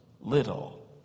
little